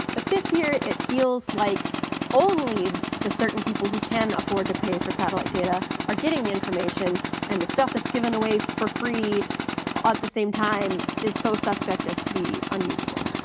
but this year it feels like only the certain people who can afford to pay for satellite data are getting the information and the stuff that is given away for free ah at the same time is so suspect as to be unusable.